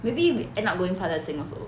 maybe we end up going plaza sing also